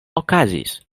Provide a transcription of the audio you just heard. okazis